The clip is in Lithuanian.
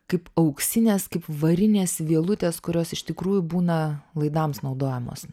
kaip auksinės kaip varinės vielutės kurios iš tikrųjų būna laidams naudojamos